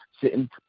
sitting